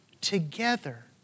together